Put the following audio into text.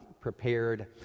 prepared